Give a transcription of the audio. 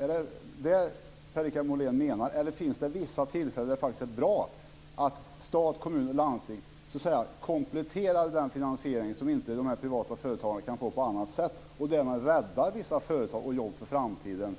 Är det vad Per-Richard Molén menar, eller finns det vissa tillfällen då det faktiskt är bra att stat, kommuner och landsting kompletterar den finansiering som de privata företagen inte kan få på annat sätt och därmed räddar vissa företag och jobb för framtiden